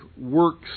works